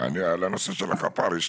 לנושא החפ"ר.